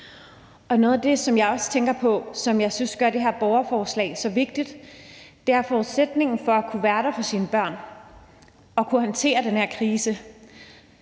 noget af det, som jeg også tænker på, og som jeg også synes gør det her borgerforslag så vigtigt, er forudsætningen for at kunne være der for sine børn og kunne håndtere den her krise.